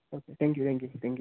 okay thank you thank you thank you